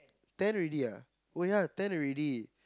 ten already ah oh ya ten already